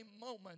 moment